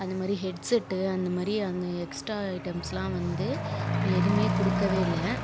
அந்தமாதிரி ஹெட்செட்டு அந்தமாதிரி அந்த எக்ஸ்ட்ரா ஐட்டம்ஸ்லாம் வந்து எதுவுமே கொடுக்கவே இல்லை